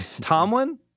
Tomlin